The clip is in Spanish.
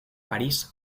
parís